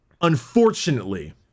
Unfortunately